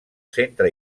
centre